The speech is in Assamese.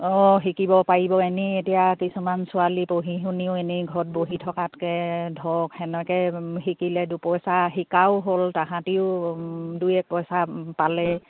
অঁ শিকিব পাৰিব এনেই এতিয়া কিছুমান ছোৱালী পঢ়ি শুনিও এনেই ঘৰত বহি থকাতকৈ ধৰক তেনেকৈ শিকিলে দুপইচা শিকাও হ'ল তাহাঁতেও দুই এক পইচা পালে